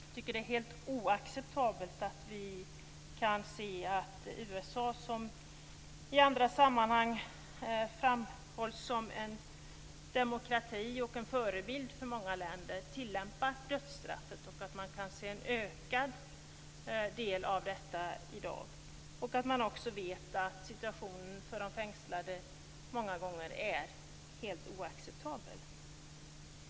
Jag tycker att det är helt oacceptabelt att vi kan se att USA som i andra sammanhang framhålls som en demokrati och en förebild för många länder tillämpar dödsstraffet och att man kan se ökad användning i dag. Vi vet också att situationen för de fängslade många gånger är helt oacceptabel.